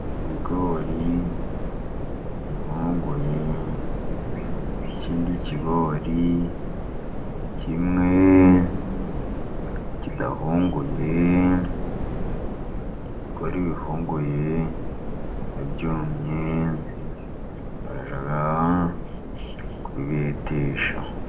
Ibigori bihunguye, ikindi kigori kimwe kidahunguye, ibigori bihunguye, iyo byumye bajya kubibetesha.